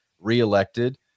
re-elected